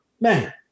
Man